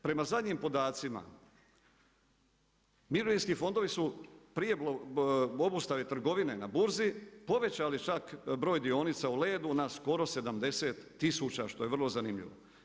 Prema zadnjim podacima, mirovinski fondovi su prije obustave trgovine na Burzi, povećali čak broj dionica u Ledu na skoro 70 tisuća, što je vrlo zanimljivo.